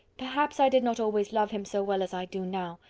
perhaps i did not always love him so well as i do now.